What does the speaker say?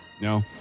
no